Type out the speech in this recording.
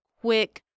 quick